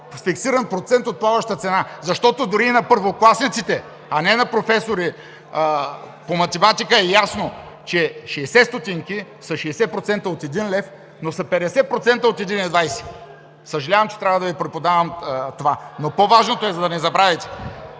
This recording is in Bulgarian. фиксиран процент от плаваща цена. Защото дори и на първокласниците, а не на професори по математика е ясно, че 60 стотинки са 60% от един лев, но са 50% от 1,20. (Шум и реплики.) Съжалявам, че трябва да Ви преподавам това, но по-важното е, за да не забравите,